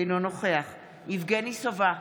אינו נוכח יבגני סובה,